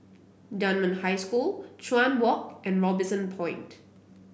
Dunman High School Chuan Walk and Robinson Point